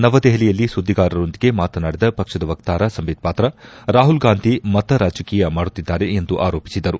ನವದೆಹಲಿಯಲ್ಲಿ ಸುದ್ದಿಗಾರರೊಂದಿಗೆ ಮಾತನಾಡಿದ ಪಕ್ಷದ ವಕ್ತಾರ ಸಂಬಿತ್ ಪಾತ್ರಾ ರಾಹುಲ್ ಗಾಂಧಿ ಮತ ರಾಜಕೀಯ ಮಾಡುತ್ತಿದ್ದಾರೆ ಎಂದು ಆರೋಪಿಸಿದರು